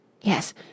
Yes